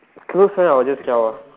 close friend I will just zhao